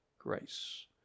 grace